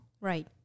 right